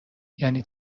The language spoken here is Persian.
یعنی